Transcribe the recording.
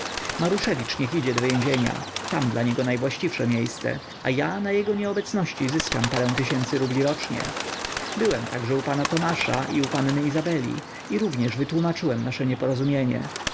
maruszewicz niech idzie do więzienia tam dla niego najwłaściwsze miejsce a ja na jego nieobecności zyskam parę tysięcy rubli rocznie byłem także u pana tomasza i u panny izabeli i również wytłómaczyłem nasze nieporozumienie